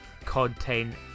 content